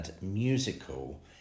musical